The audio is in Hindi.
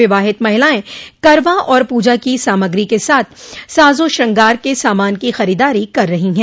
विवाहित महिलाएं करवा और पूजा की सामग्री के साथ साजो श्रंगार के सामान की खरीदारी कर रही है